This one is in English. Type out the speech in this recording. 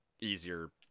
easier –